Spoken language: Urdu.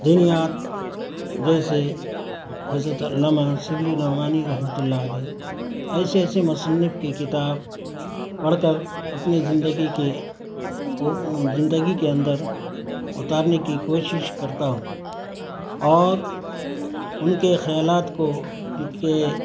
دینیات جیسے حضرت علامہ شبلی نعمانی رحمۃ اللہ علیہ ایسے ایسے مصنف کے کتاب پڑھ کر اپنی زندگی کی زندگی کے اندر اتارنے کی کوشش کرتا ہوں اور ان کے خیالات کو ان کے